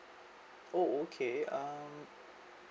oh okay um